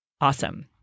awesome